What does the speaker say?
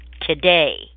today